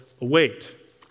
await